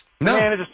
No